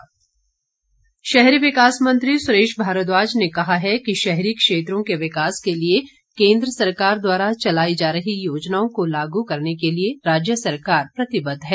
बैठक शहरी विकास मंत्री सुरेश भारद्वाज ने कहा है कि शहरी क्षेत्रों के विकास के लिए केन्द्र सरकार द्वारा चलाई जा रही योजनाओं को लागू करने के लिए राज्य सरकार प्रतिबद्ध है